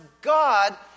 God